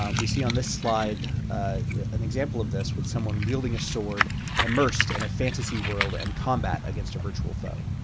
um we see on this slide an example of this with someone wielding a sword immersed in and a fantasy world and combat against a virtual foe.